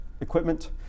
equipment